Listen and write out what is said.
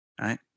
Right